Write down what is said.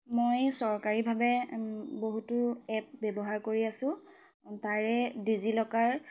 মই চৰকাৰীভাৱে বহুতো এপ ব্যৱহাৰ কৰি আছোঁ তাৰে ডিজি ল'কাৰ